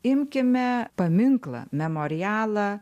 imkime paminklą memorialą